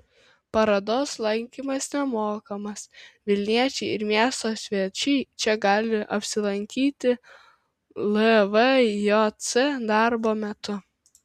parodos lankymas nemokamas vilniečiai ir miesto svečiai čia gali apsilankyti lvjc darbo metu